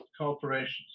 corporations